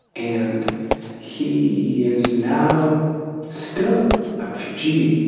and he is now still a refugee,